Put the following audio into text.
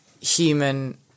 human